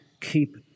keep